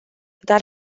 dar